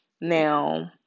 now